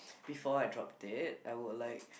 before I drop dead I would like